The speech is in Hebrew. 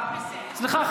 סליחה.